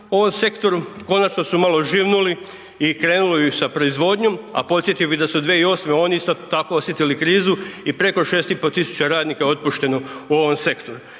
u ovom sektoru, konačno su malo živnuli i krenuli sa proizvodnjom, a podsjetio bi da su 2008. oni isto tako osjetili krizu i preko 6.500 radnika je otpušteno u ovom sektoru.